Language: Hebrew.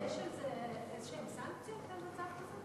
יש על זה איזשהן סנקציות, על מצב כזה?